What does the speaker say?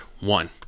One